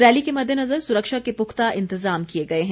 rally के मद्देनज़र सुरक्षा के पुख्ता इंतज़ाम किए गए हैं